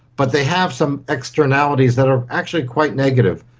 but they have some externalities that are actually quite negative,